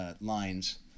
lines